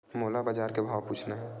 मोला बजार के भाव पूछना हे?